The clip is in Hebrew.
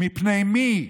מפני מי?